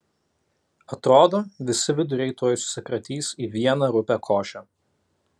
atrodo visi viduriai tuoj susikratys į vieną rupią košę